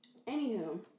Anywho